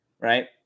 right